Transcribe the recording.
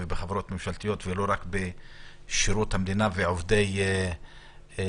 ובחברות ממשלתיות ולא רק בשירות המדינה ועובדי מדינה.